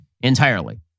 entirely